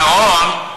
שרון,